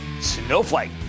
Snowflake